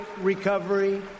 recovery